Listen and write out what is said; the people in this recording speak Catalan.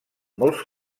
molts